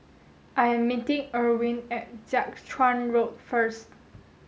I am meeting Irwin at Jiak Chuan Road first